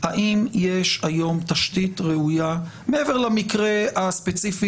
האם יש היום תשתית ראויה מעבר למקרה הספציפי